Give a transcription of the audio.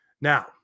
Now